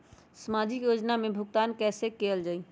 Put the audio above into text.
सामाजिक योजना से भुगतान कैसे कयल जाई?